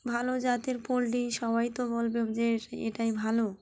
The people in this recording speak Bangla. ভালো জাতের পোলট্রি সবাই তো বলবে যে এ এটাই ভালো